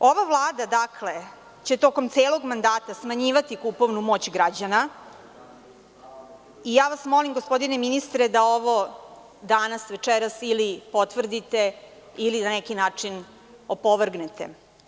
Dakle, ova Vlada će tokom celog mandata smanjivati kupovnu moć građana i ja vas molim, gospodine ministre, da ovo danas, večeras ili potvrdite ili na neki način opovrgnete.